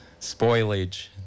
spoilage